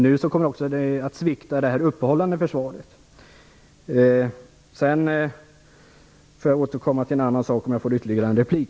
Nu kommer också det uppehållande försvaret att svikta. Jag får återkomma till en annan sak om jag får ytterligare en replik.